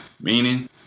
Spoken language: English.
meaning